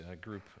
group